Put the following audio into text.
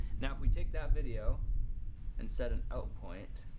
now, if we take that video and set an out point.